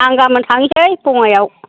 आं गाबोन थांनोसै बङाइगावआव